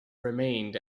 remained